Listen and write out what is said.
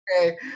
okay